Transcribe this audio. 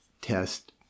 test